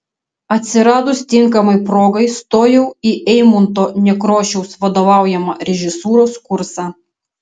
atsiradus tinkamai progai stojau į eimunto nekrošiaus vadovaujamą režisūros kursą